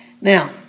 now